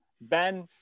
Ben